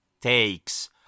takes